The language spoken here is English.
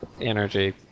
energy